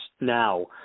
now